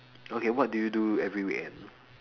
okay what do you do every weekend